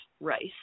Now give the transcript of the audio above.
rice